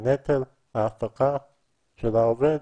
ונטל העסקה של העובד